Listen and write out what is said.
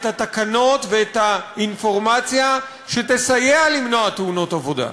את התקנות ואת האינפורמציה שתסייע למנוע תאונות עבודה.